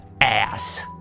ass